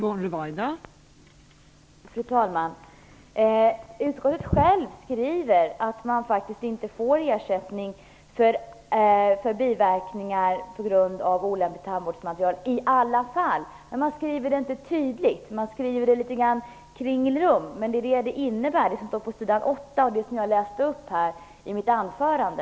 Fru talman! Utskottet självt skriver att man faktiskt inte får ersättning för biverkningar på grund av olämpligt tandvårdsmaterial. Men man skriver det inte tydligt utan litet grand i kringelform. Men vad det innebär står på s. 8, som jag läste upp i mitt anförande.